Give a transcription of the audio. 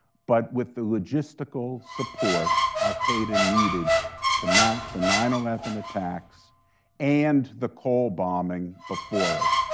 but with the logistical support al-qaeda needed to mount the nine eleven attacks and the cole bombing before it.